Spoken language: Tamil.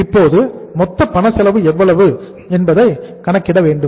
இப்போது மொத்த பண செலவு எவ்வளவு என்பதை கணக்கிட வேண்டும்